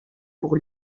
pour